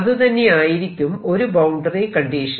അതുതന്നെയായിരിക്കും ഒരു boundary condition